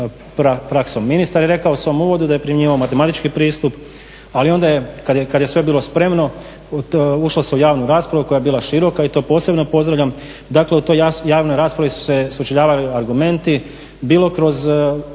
sudskom praksom. Ministar je rekao u svom uvodu da je primijenio matematički pristup, ali onda je kad je sve bilo spremno ušlo se u javnu raspravu koja je bila široka i to posebno pozdravljam. Dakle, u toj javnoj raspravi su se sučeljavali argumenti bilo kroz